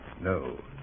No